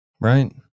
Right